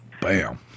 Bam